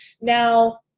Now